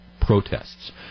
protests